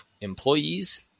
employees